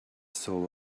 soul